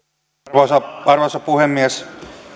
arvoisa puhemies